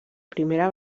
primera